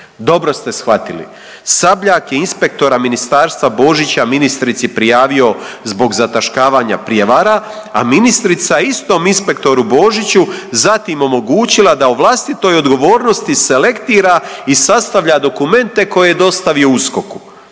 Dobro ste shvatili. Sabljak je inspektora ministarstva Božića ministrici prijavio zbog zataškavanja prijevara, a ministrica istom inspektoru Božiću zatim omogućila da o vlastitoj odgovornosti selektira i sastavlja dokumente koje je dostavio USKOK-u.